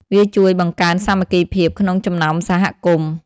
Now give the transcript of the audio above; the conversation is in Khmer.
វាជួយបង្កើនសាមគ្គីភាពក្នុងចំណោមសហគមន៍។